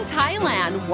Thailand